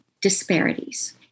disparities